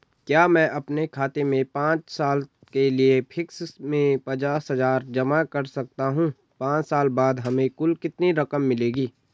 क्या मैं अपने खाते में पांच साल के लिए फिक्स में पचास हज़ार जमा कर सकता हूँ पांच साल बाद हमें कुल कितनी रकम मिलेगी?